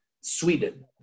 Sweden